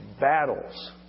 battles